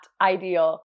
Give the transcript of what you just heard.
ideal